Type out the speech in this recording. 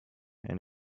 and